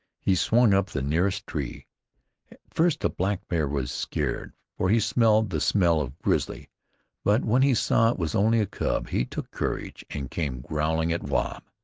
he swung up the nearest tree. at first the blackbear was scared, for he smelled the smell of grizzly but when he saw it was only a cub, he took courage and came growling at wahb.